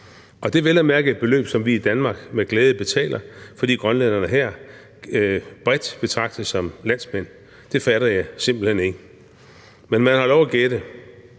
Og det er vel at mærke et beløb, som vi i Danmark med glæde betaler, fordi grønlænderne her bredt betragtes som landsmænd. Det fatter jeg simpelt hen ikke. Men man har lov at gætte.